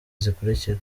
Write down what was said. zikurikira